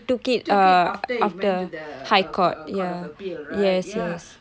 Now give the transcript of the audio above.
took it after he went to the high court of appeal right ya